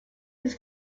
his